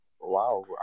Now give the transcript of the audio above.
Wow